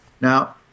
Now